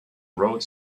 wrote